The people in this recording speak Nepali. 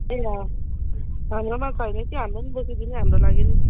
ए ल हाम्रोमा छैन कि हाम्रो पनि बोकिदिनु हाम्रो लागि पनि